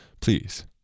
Please